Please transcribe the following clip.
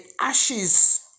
ashes